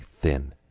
thin